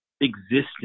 existence